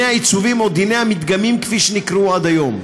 או דיני המדגמים, כפי שנקראו עד היום.